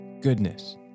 goodness